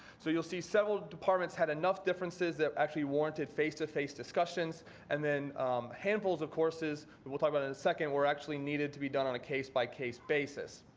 so you'll see several departments had enough differences that actually warranted face to face discussions and then handfuls of courses that we'll talk about in a second were actually needed to be done on a case by case basis.